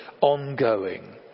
ongoing